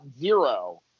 zero